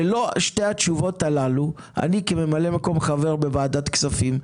ללא שתי התשובות הללו אני כממלא מקום חבר בוועדת כספים,